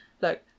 look